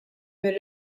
mir